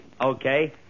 Okay